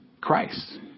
Christ